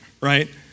right